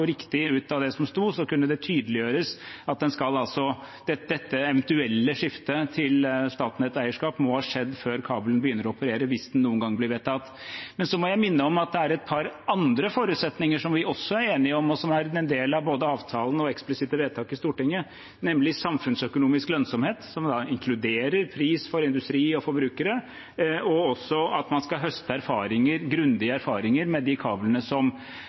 og riktig ut av det som sto, kunne det tydeliggjøres at dette eventuelle skiftet til Statnett-eierskap må ha skjedd før kabelen begynner å operere, hvis den noen gang blir vedtatt. Så må jeg minne om at det er et par andre forutsetninger som vi også er enige om, og som er en del av både avtalen og eksplisitte vedtak i Stortinget, nemlig samfunnsøkonomisk lønnsomhet, som da inkluderer pris for industri og forbrukere, og også at man skal høste grundige erfaringer med de kablene som